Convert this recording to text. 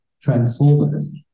transformers